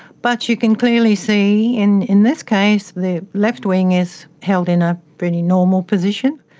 but you can clearly see in in this case the left wing is held in a pretty normal position,